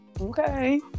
okay